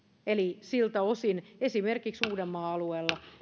eli siltä osin esimerkiksi uudenmaan alueella